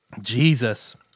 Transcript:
Jesus